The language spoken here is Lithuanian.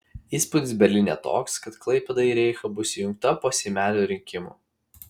įspūdis berlyne toks kad klaipėda į reichą bus įjungta po seimelio rinkimų